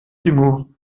d’humour